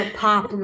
pop